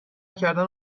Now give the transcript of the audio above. کردن